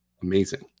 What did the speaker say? Amazing